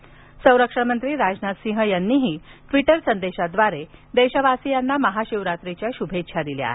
राजनाथसिंह संरक्षणमंत्री राजनाथसिंह यांनीही ट्वीटर संदेशाद्वारे देशवासियांना महाशिवरात्रीच्या शुभेच्छा दिल्या आहेत